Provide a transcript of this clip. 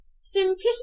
Simplicity